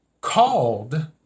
called